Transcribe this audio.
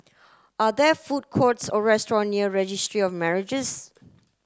are there food courts or restaurant near Registry of Marriages